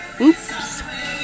Oops